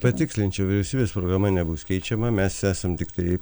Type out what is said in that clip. patikslinčiau vyriausybės programa nebus keičiama mes esam tiktai